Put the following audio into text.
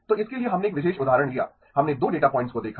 तो इसके लिए हमने एक विशेष उदाहरण लिया हमने दो डेटा पॉइंट्स को देखा